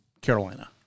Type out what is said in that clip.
Carolina